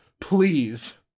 please